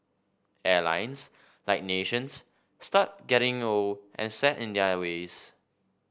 airlines like nations start getting old and set in their ways